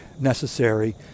necessary